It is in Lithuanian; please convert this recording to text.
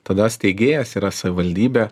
tada steigėjas yra savivaldybė